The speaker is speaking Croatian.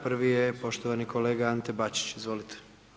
Prvi je poštovani kolega Ante Bačić, izvolite.